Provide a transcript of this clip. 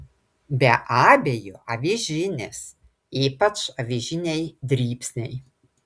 be abejo avižinės ypač avižiniai dribsniai